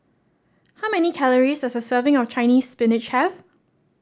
how many calories does a serving of Chinese Spinach have